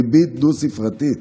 ריבית דו-ספרתית.